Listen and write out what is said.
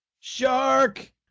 Shark